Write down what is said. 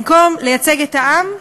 במקום לייצג את העם,